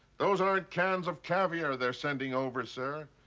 those aren't cans of caviar they're sending over, sir.